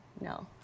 No